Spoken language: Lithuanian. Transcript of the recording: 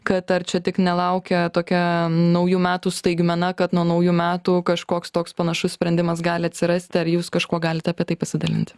kad ar čia tik nelaukia tokia naujų metų staigmena kad nuo naujų metų kažkoks toks panašus sprendimas gali atsirast ar jūs kažkuo galit apie tai pasidalinti